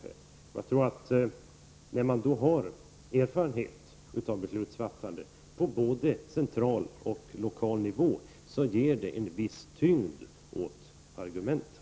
Jag tror att det faktum att man har erfarenhet av beslutsfattande på både central och lokal nivå ger viss tyngd åt argumenten.